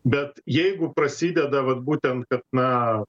bet jeigu prasideda vat būtent kad na